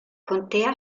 contea